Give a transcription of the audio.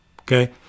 Okay